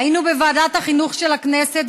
היינו בוועדת החינוך של הכנסת,